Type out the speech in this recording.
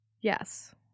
Yes